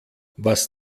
was